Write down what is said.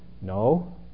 No